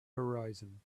horizon